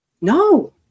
No